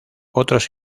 otros